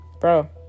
bro